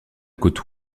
côte